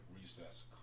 recess